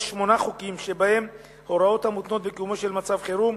שמונה חוקים שבהם הוראות המותנות בקיומו של מצב חירום,